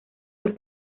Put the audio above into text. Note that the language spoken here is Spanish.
los